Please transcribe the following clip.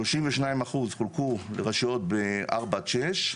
שלושים ושניים אחוז חולקו לרשויות בארבע עד שש,